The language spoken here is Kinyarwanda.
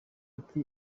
ati